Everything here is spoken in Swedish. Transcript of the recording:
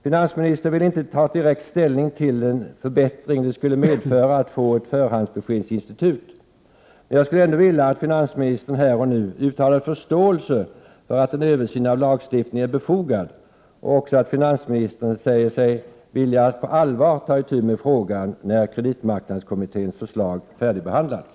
Finansministern ville inte ta direkt ställning till den förbättring det skulle medföra att få ett förhandsbeskedsinstitut, men jag skulle ändå vilja att finansministern här och nu uttalade förståelse för att en översyn av lagstiftningen är befogad och också att finansministern säger sig vilja på allvar ta itu med frågan när kreditmarknadskommitténs förslag färdigbehandlats.